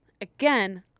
Again